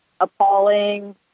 appalling